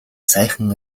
сайхан